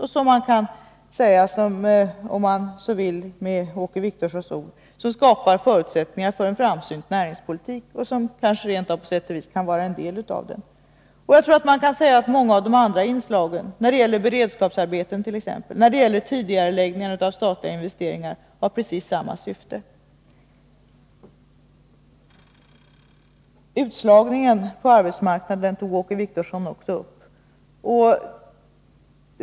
Om man så vill kan man säga med Åke Wictorssons ord att detta skapar förutsättningar för en framsynt näringspolitik och kanske rent av på sätt och vis kan vara en del av den. Man kan säga att många av de andra inslagen —t.ex. beredskapsarbeten eller tidigareläggningar av statliga investeringar — har precis samma syfte. Utslagningen på arbetsmarknaden tog Åke Wictorsson också upp.